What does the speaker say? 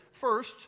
first